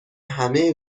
همه